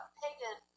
pagan